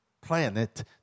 planet